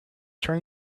turn